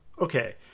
Okay